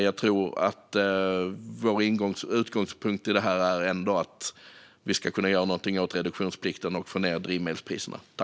Jag tror dock att vår utgångspunkt i detta ändå är att vi ska kunna göra någonting åt reduktionsplikten och få ned drivmedelspriserna.